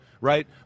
right